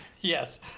yes